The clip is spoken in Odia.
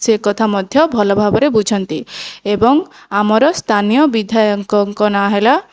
ସେ କଥା ମଧ୍ୟ ଭଲ ଭାବରେ ବୁଝନ୍ତି ଏବଂ ଆମର ସ୍ଥାନୀୟ ବିଧାୟକଙ୍କ ନାଁ ହେଲା